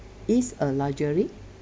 is a luxury